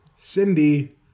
Cindy